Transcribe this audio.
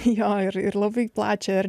jo ir ir labai plačią ir